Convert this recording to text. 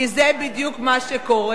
כי זה בדיוק מה שקורה.